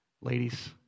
Ladies